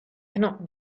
cannot